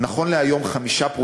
אף חדר לא אוכלס.